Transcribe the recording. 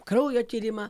kraujo tyrimą